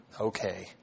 Okay